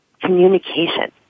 Communication